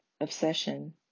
obsession